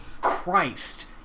Christ